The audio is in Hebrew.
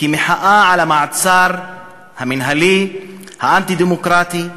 כמחאה על המעצר המינהלי האנטי-דמוקרטי,